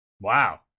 Wow